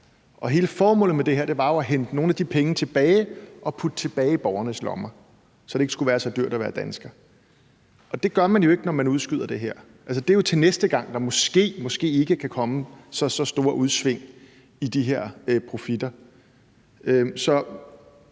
Hele formålet med det her var jo at hente nogle af de penge tilbage og putte dem tilbage i borgernes lommer, så det ikke skulle være så dyrt at være dansker. Det gør man jo ikke, når man udskyder det her. Det er jo til næste gang, der måske eller måske ikke kan komme så store udsving i de her profitter. Så